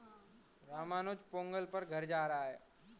रामानुज पोंगल पर घर जा रहा है